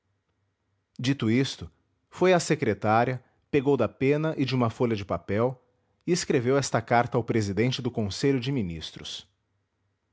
dito isso foi à secretária pegou da pena e de uma folha de papel e escreveu esta carta ao presidente do conselho de ministros